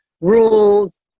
rules